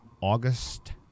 August